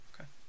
Okay